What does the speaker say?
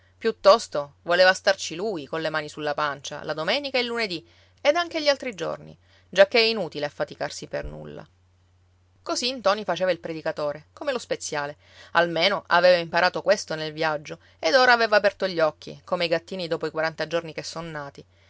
piuttosto voleva starci lui colle mani sulla pancia la domenica e il lunedì ed anche gli altri giorni giacché è inutile affaticarsi per nulla così ntoni faceva il predicatore come lo speziale almeno aveva imparato questo nel viaggio ed ora aveva aperto gli occhi come i gattini dopo i quaranta giorni che son nati